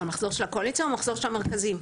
המחזור של הקואליציה או המחזור של המרכזים?